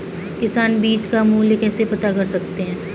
किसान बीज का मूल्य कैसे पता कर सकते हैं?